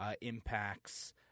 impacts